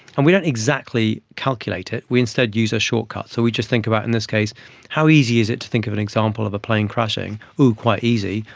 and we don't exactly calculate it, we instead use a shortcut. so we just think about in this case how easy is it to think of an example of a plane crashing. oh, quite easy.